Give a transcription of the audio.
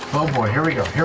oh boy, here we go, here